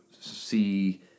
see